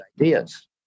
ideas